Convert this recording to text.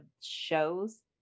shows